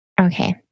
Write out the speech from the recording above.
Okay